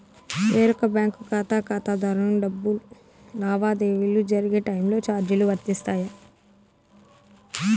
వేరొక బ్యాంకు ఖాతా ఖాతాదారునికి డబ్బు లావాదేవీలు జరిగే టైములో చార్జీలు వర్తిస్తాయా?